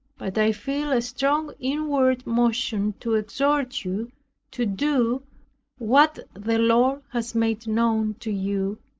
but i feel a strong inward motion to exhort you to do what the lord has made known to you,